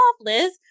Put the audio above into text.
Liz